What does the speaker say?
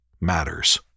matters